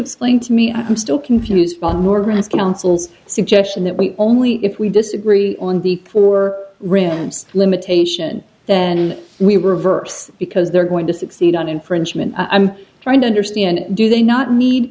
explain to me i'm still confused by morgan's council's suggestion that we only if we disagree on the four rims limitation then we reverse because they're going to succeed on infringement i'm trying to understand do they not need